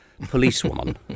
policewoman